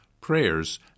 prayers